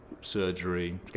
surgery